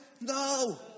No